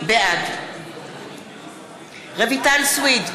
בעד רויטל סויד,